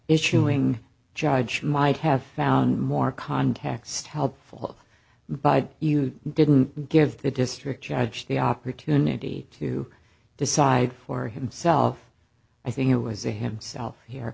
issuing judge might have found more context helpful but you didn't give the district judge the opportunity to decide for himself i think it was a himself